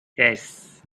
yes